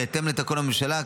בהתאם לתקנון הממשלה,